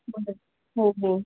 बरं हो हो